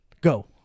Go